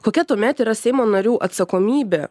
kokia tuomet yra seimo narių atsakomybė